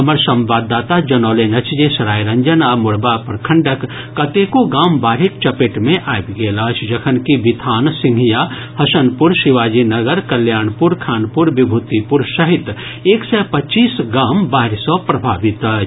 हमर संवाददाता जनौलनि अछि जे सरायरंजन आ मोरबा प्रखंडक कतेको गाम बाढ़िक चपेट मे आबि गेल अछि जखन कि बिथान सिंघिया हसनपुर शिवाजीनगर कल्याणपुर खानपुर विभूतिपुर सहित एक सय पच्चीस गाम बाढ़ि सँ प्रभावित अछि